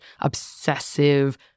obsessive